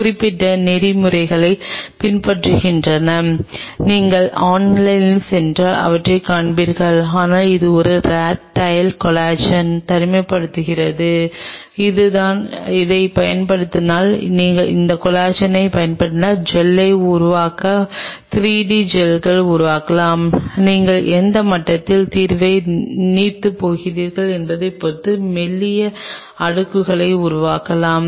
குறிப்பிட்ட நெறிமுறைகள் பின்பற்றப்படுகின்றன நீங்கள் ஆன்லைனில் சென்றால் அவற்றைக் காண்பீர்கள் ஆனால் இது ஒரு ராட் டைல் கொலாஜன் தனிமைப்படுத்தப்படுகிறது இதுதான் இதைப் பயன்படுத்தலாம் நீங்கள் இந்த கொலாஜனைப் பயன்படுத்தி ஜெல்ஸை உருவாக்க 3 டி ஜெல்களை உருவாக்கலாம் நீங்கள் எந்த மட்டத்தில் தீர்வை நீர்த்துப்போகிறீர்கள் என்பதைப் பொறுத்து மெல்லிய அடுக்குகளை உருவாக்கலாம்